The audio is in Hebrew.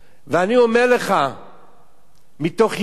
אני אומר לך מתוך ידיעה